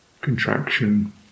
contraction